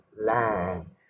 line